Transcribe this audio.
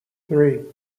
three